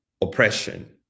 oppression